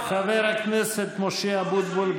חבר הכנסת משה אבוטבול,